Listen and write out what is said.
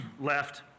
left